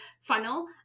funnel